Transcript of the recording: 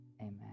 amen